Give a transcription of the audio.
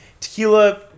tequila